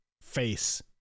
face